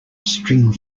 string